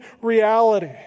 reality